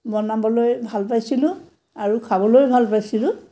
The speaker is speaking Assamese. বনাবলৈ ভাল পাইছিলোঁ আৰু খাবলৈ ভাল পাইছিলোঁ